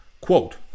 Quote